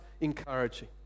encouraging